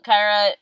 Kyra